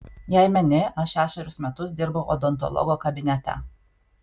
jei meni aš šešerius metus dirbau odontologo kabinete